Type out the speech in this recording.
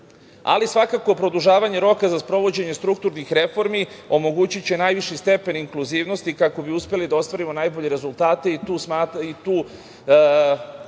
BDP-a. Svakako produžavanje roka za sprovođenje strukturnih reformi omogućiće najviši stepen inkluzivnosti kako bi uspeli da ostvarimo najbolje rezultate i tu